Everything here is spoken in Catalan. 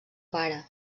pare